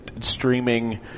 streaming